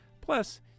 Plus